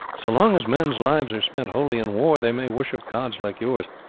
so long as men's lives are spent wholly in war they may worship gods like yours,